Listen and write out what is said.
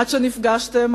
עד שנפגשתם,